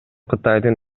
кытайдын